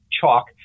chalk